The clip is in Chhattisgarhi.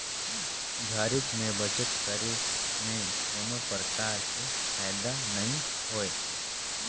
घरेच में बचत करे में कोनो परकार के फायदा नइ होय